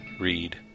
read